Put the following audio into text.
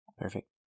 Perfect